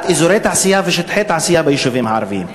אזורי תעשייה ושטחי תעשייה ביישובים הערביים?